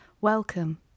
Welcome